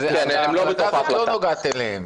אז ההחלטה הזאת לא נוגעת אליהם.